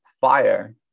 fire